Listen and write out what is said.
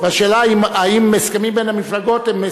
והשאלה היא אם יש הסכם בין מפלגות,